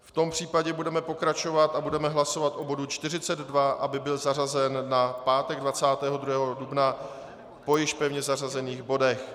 V tom případě budeme pokračovat a budeme hlasovat o bodu 42, aby byl zařazen na pátek 22. dubna po již pevně zařazených bodech.